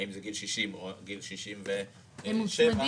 האם זה גיל 60 או גיל 67. אמיר,